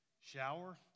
shower